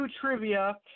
Trivia